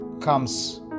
comes